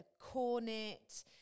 cornet